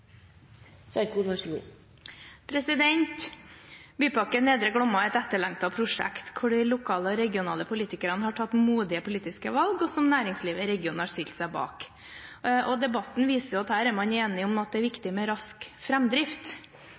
Bypakke Nedre Glomma er et etterlengtet prosjekt hvor de lokale og regionale politikerne har tatt modige politiske valg, som næringslivet i regionen har stilt seg bak. Debatten viser at her er man enige om at det er viktig med rask